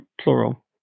plural